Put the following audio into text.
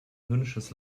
höhnisches